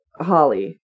Holly